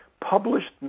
published